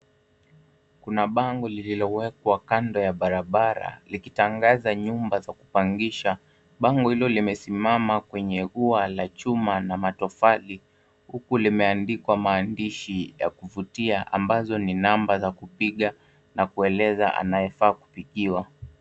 Kuna bango lililowekwa kando ya barabara likitangaza nyumba za kupangisha. Bango hilo limesimama kwenye ua la chuma na matofali, huku limeandikwa Maandishi ya kuvutia ambazo ni namba za kupiga na kueleza anayefaa kupigiwa.